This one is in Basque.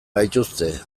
gaituzte